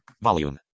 Volume